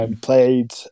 played